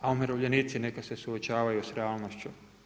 A umirovljenici neka su suočavaju sa realnošću.